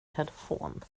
telefon